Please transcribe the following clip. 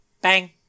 Bang